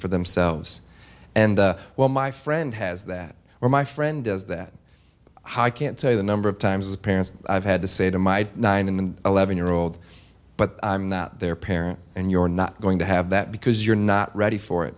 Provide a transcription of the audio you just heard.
for themselves and while my friend has that or my friend does that i can't tell you the number of times as parents i've had to say to my nine and eleven year old but i'm not their parent and you're not going to have that because you're not ready for it